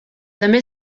també